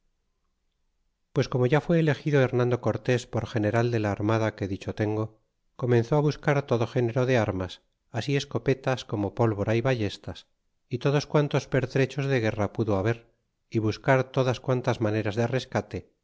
pues como ya fué elegido hernando cortés por general de la armada que dicho tengo comenzó á buscar todo género de armas asi escopetas como pólvora y ballestas é todos quantos pertrechos de guerra pudo haber y buscar todas quan las maneras de rescate